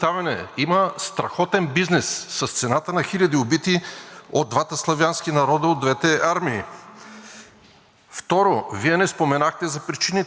Второ, Вие не споменахте за причините, които и някои други колеги казаха, за войната. Ама чакайте сега. Вие забравихте, че има Мински протокол от